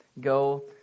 Go